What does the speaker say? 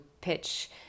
pitch